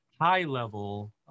high-level